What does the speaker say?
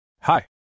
Hi